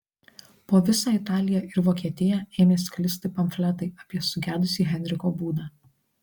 po visą italiją ir vokietiją ėmė sklisti pamfletai apie sugedusį henriko būdą